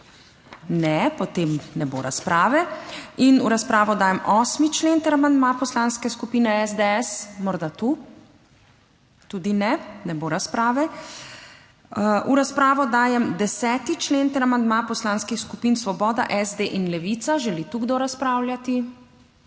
Ne, potem ne bo razprave. In v razpravo dajem 8. člen ter amandma Poslanske skupine SDS. Morda tu? Tudi ne, ne bo razprave. V razpravo dajem 10. člen ter amandma Poslanskih skupin Svoboda, SD in Levica. Želi kdo razpravljati?